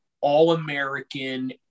all-American